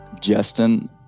Justin